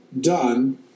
done